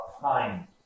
time